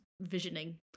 visioning